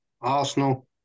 Arsenal